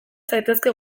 zaitezke